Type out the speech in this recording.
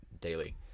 daily